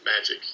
magic